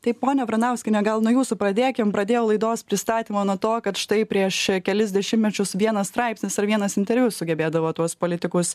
tai ponia vranauskiene gal nuo jūsų pradėkim pradėjau laidos pristatymą nuo to kad štai prieš kelis dešimtmečius vienas straipsnis ar vienas interviu sugebėdavo tuos politikus